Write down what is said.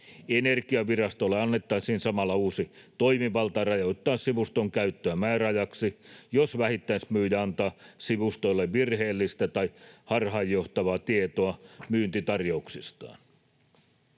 Energiavirastolle annettaisiin samalla uusi toimivalta rajoittaa sivuston käyttöä määräajaksi, jos vähittäismyyjä antaa sivustolle virheellistä tai harhaanjohtavaa tietoa myyntitarjouksistaan.